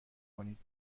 کنید